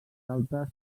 altes